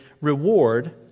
reward